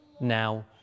Now